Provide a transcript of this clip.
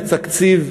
זה תקציב,